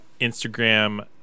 Instagram